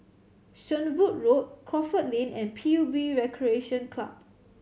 Shenvood Road Crawford Lane and P U B Recreation Club